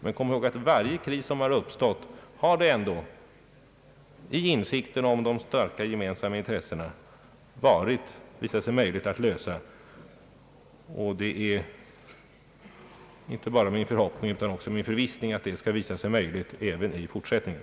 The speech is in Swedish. Men kom ihåg att varje kris som har uppstått har visat sig möjlig att lösa i insikten om de starka gemensamma intressena. Det är inte bara min förhoppning utan också min förvissning att detta skall vara möjligt även i fortsättningen.